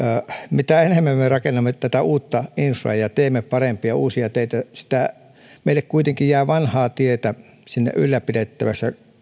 mitä enemmän me rakennamme uutta infraa ja ja teemme parempia uusia teitä kun meille kuitenkin jää vanhaa tietä ylläpidettäväksi ja